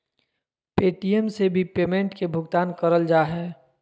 Paytm से भी payment के भुगतान करल जा हय